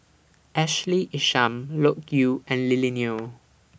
Ashley Isham Loke Yew and Lily Neo